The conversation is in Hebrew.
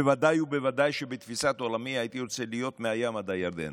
בוודאי ובוודאי שבתפיסת עולמי הייתי רוצה להיות מהים עד הירדן,